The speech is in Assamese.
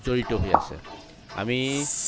জড়িত হৈ আছে আমি